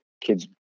kids